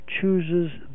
chooses